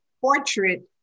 portrait